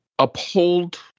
uphold